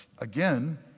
again